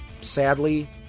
Sadly